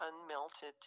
unmelted